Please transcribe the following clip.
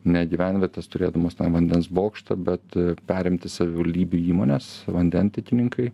ne gyvenvietės turėdamos tą vandens bokštą bet perimti savivaldybių įmonės vandentiekininkai